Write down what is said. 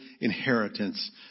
inheritance